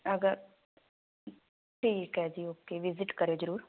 ਅਗਰ ਠੀਕ ਹੈ ਜੀ ਓਕੇ ਵਿਜ਼ਿਟ ਕਰਿਓ ਜ਼ਰੂਰ